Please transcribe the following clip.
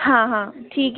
हाँ हाँ ठीक है